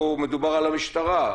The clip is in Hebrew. פה מדובר על המשטרה,